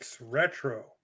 retro